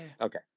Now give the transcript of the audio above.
Okay